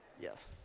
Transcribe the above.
Yes